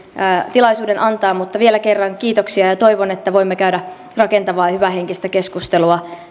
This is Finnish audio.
tilaisuuden antaa mutta vielä kerran kiitoksia ja toivon että voimme käydä rakentavaa ja hyvähenkistä keskustelua